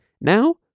Now